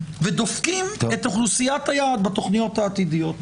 ודופקים את אוכלוסיית היעד בתוכניות העתידיות.